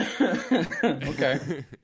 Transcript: okay